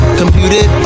computed